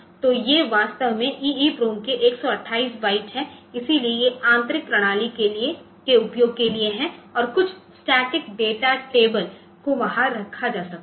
तो ये वास्तव में EEPROM के 128 बाइट हैं इसलिए ये आंतरिक प्रणालियों के उपयोग के लिए हैं और कुछ स्टैटिक डेटा टेबल को वहां रखा जा सकता है